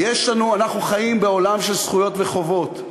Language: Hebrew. אנחנו חיים בעולם של זכויות וחובות,